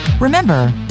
Remember